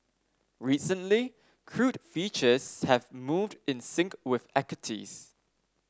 recently crude futures have moved in sync with equities